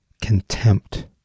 contempt